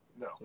No